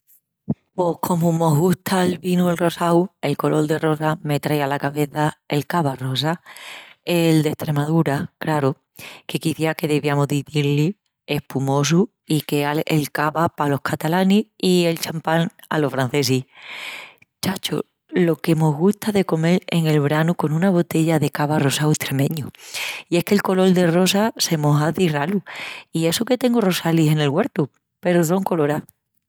Pos comu mos gusta'l vinu el rosau, el colol-de-rosa me trai ala cabeça el cava rosa, el d'Estremaúra, craru. Que quiciás que deviamus d'izí-li espumosu i queal el cava palos catalanis i el champán alos francesis. Chacho, lo que mos gusta de comel en el branu con una botella de cava rosau estremeñu! I es qu'el colol de rosa se mos hazi ralu i essu que tengu rosalis en el güertu, peru son colorás.